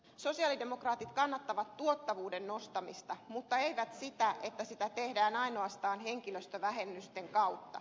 sosialidemokraatit kannattavat tuottavuuden nostamista mutta eivät sitä että sitä tehdään ainoastaan henkilöstövähennysten kautta